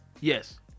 Yes